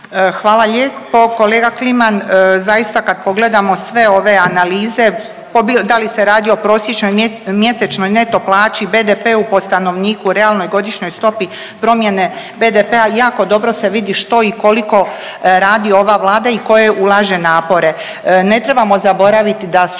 Hvala lijepo. Kolega Kliman zaista kad pogledamo sve ove analize, da li se radi o prosječnoj mjesečnoj neto plaći, BDP-u po stanovniku, realnoj godišnjoj stopi promjene BDP-a jako dobro se vidi što i koliko radi ova Vlada i koje ulaže napore.